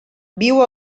viu